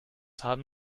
haben